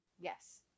Yes